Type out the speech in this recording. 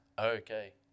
Okay